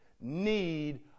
need